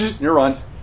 Neurons